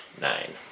Nine